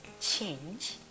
change